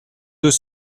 deux